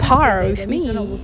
in par with me